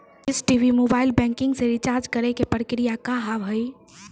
Dish TV mobile banking से recharge करे के प्रक्रिया का हाव हई?